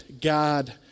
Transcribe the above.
God